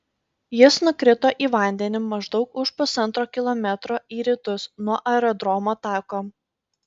jis nukrito į vandenį maždaug už pusantro kilometro į rytus nuo aerodromo tako